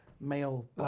male